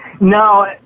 No